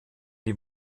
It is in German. die